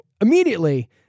immediately